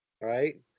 right